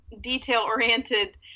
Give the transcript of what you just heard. detail-oriented